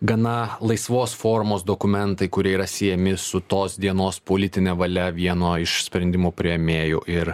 gana laisvos formos dokumentai kurie yra siejami su tos dienos politine valia vieno iš sprendimų priėmėjų ir